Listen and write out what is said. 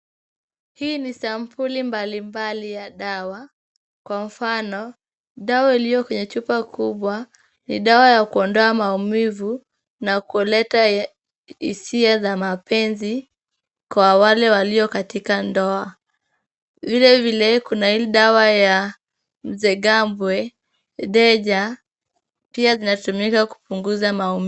Hii ni sampuli mbalimbali ya dawa. Kwa mfano, dawa iliyo kwenye chupa kubwa ni dawa ya kuondoa maumivu na kuleta hisia za mapenzi kwa wale walio katika ndoa. Vilevile, kuna ile dawa ya mzee gambwe, deja, pia zinatumika kupunguza maumivu.